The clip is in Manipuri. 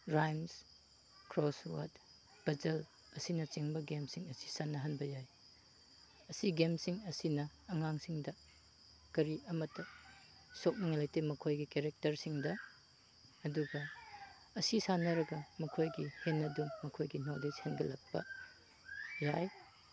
ꯔꯥꯏꯝꯁ ꯀ꯭ꯔꯣꯁ ꯋꯥꯔꯠ ꯄꯖꯜ ꯑꯁꯤꯅꯆꯤꯡꯕ ꯒꯦꯝꯁꯁꯤꯡ ꯑꯁꯤ ꯁꯥꯟꯅꯍꯟꯕ ꯌꯥꯏ ꯑꯁꯤ ꯒꯦꯝꯁꯤꯡ ꯑꯁꯤꯅ ꯑꯉꯥꯡꯁꯤꯡꯗ ꯀꯔꯤ ꯑꯃꯠꯇ ꯁꯣꯛꯅꯤꯡꯉꯥꯏ ꯂꯩꯇꯦ ꯃꯈꯣꯏꯒꯤ ꯀꯦꯔꯦꯛꯇꯔꯁꯤꯡꯗ ꯑꯗꯨꯒ ꯑꯁꯤ ꯁꯥꯟꯅꯔꯒ ꯃꯈꯣꯏꯒꯤ ꯍꯦꯟꯅꯗꯨꯝ ꯃꯈꯣꯏꯒꯤ ꯅꯣꯂꯦꯖ ꯍꯦꯟꯒꯠꯂꯛꯄ ꯌꯥꯏ